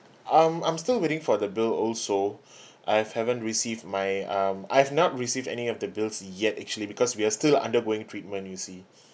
I'm I'm still waiting for the bill also I haven't received my um I've not received any of the bills yet actually because we're still undergoing treatment you see